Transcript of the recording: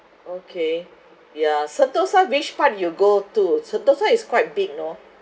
okay ya sentosa which part you go to sentosa is quite big you know